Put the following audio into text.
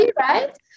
right